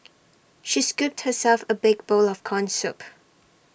she scooped herself A big bowl of Corn Soup